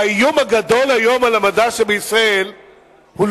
והאיום הגדול היום על המדע בישראל לא